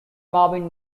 marvin